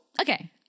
okay